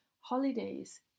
holidays